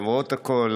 למרות הכול,